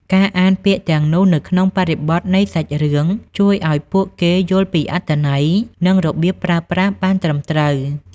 ការអានពាក្យទាំងនោះនៅក្នុងបរិបទនៃសាច់រឿងជួយឲ្យពួកគេយល់ពីអត្ថន័យ និងរបៀបប្រើប្រាស់បានត្រឹមត្រូវ។